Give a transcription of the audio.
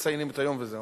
מציינים את היום וזהו,